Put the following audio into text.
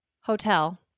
Hotel